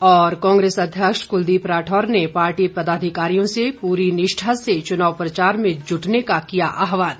और कांग्रेस अध्यक्ष कुलदीप राठौर ने पार्टी पदाधिकारियों से पूरी निष्ठा से चुनाव प्रचार में जुटने का किया आहवान